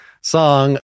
song